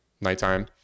nighttime